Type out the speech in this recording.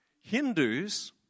Hindus